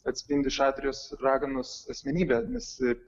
atspindi šatrijos raganos asmenybę nes